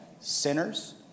sinners